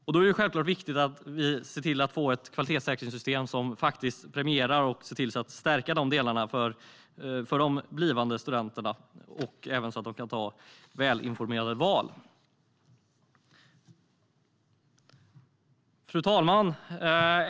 Det är självfallet viktigt att vi ser till att få ett kvalitetssäkringssystem som premierar och stärker dessa delar för de blivande studenterna, så att de kan göra välinformerade val. Fru talman!